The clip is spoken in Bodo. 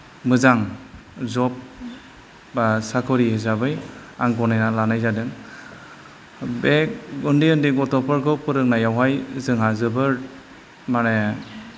मोजां जब बा साकरि हिसाबै आं गनायनानै लानाय जादों बे उन्दै उन्दै गथ'फोरखौ फोरोंनायावहाय जोंहा जोबोर माने